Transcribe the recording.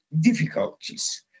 difficulties